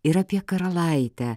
ir apie karalaitę